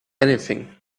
anything